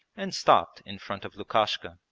and stopped in front of lukashka.